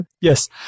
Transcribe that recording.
Yes